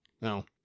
no